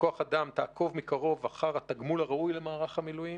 תעקוב מקרוב אחר התגמול הראוי למערך המילואים.